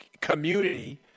community